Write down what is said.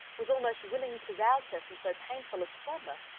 was almost wishing to rouse her from so painful a slumber,